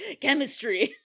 Chemistry